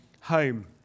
home